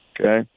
okay